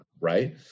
right